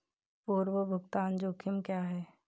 पूर्व भुगतान जोखिम क्या हैं?